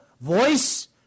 voice